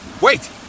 Wait